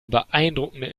beeindruckende